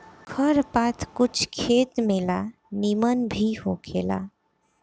खर पात कुछ खेत में ला निमन भी होखेला